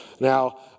Now